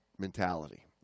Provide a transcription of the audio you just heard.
mentality